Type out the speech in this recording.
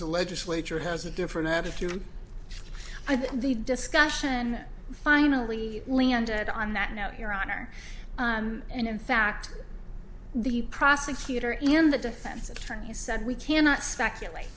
the legislature has a different attitude the discussion finally landed on that note your honor and in fact the prosecutor in the defense attorney said we cannot speculate